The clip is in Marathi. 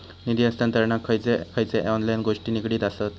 निधी हस्तांतरणाक खयचे खयचे ऑनलाइन गोष्टी निगडीत आसत?